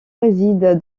réside